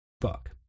Fuck